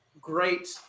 great